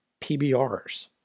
PBRs